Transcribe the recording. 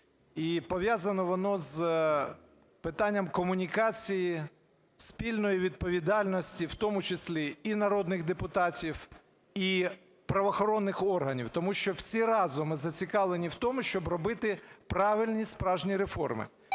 і пов'язане воно з питанням комунікації, спільної відповідальності, в тому числі і народних депутатів, і правоохоронних органів. Тому що всі разом ми зацікавлені в тому, щоби робити правильні справжні реформи.